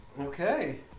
Okay